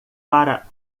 para